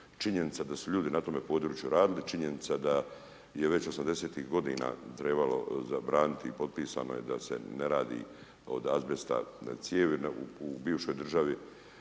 Činjenica da su ljudi na tome području radili, činjenica da je već 80.-tih godina trebalo zabraniti i potpisano je da se ne radi od azbesta cijevi u bivšoj državi,